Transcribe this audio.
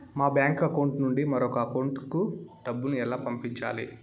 మా bank account నుండి మరొక అకౌంట్ కు డబ్బును ఎలా పంపించాలి